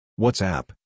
WhatsApp